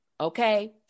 okay